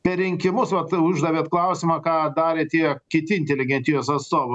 per rinkimus vat uždavėt klausimą ką darė tie kiti inteligentijos atstovų